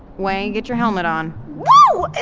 wei, get your helmet on woooo!